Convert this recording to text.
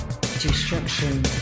destruction